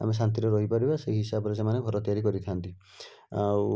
ଆମେ ଶାନ୍ତିରେ ରହିପାରିବା ସେଇ ହିସାବରେ ସେମାନେ ଘର ତିଆରି କରିଥାନ୍ତି ଆଉ